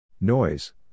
Noise